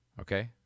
okay